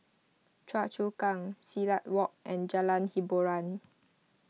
Choa Chu Kang Silat Walk and Jalan Hiboran